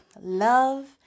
Love